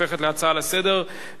הופכת להצעה לסדר-היום,